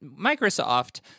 Microsoft